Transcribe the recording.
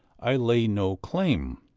i lay no claim.